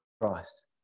Christ